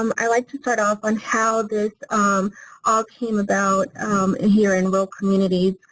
um i like to start off on how this all came about and here in rural communities.